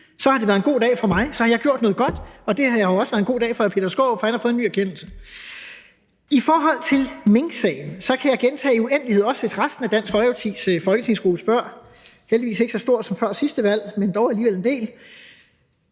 Så har det været en god dag for mig, så har jeg gjort noget godt, og det har jo også været en god dag for hr. Peter Skaarup, for han har fået en ny erkendelse. I forhold til minksagen kan jeg gentage det i en uendelighed, og også hvis resten af Dansk Folkepartis folketingsgruppe spørger – den er heldigvis ikke så stor som før sidste valg, men udgør dog alligevel en del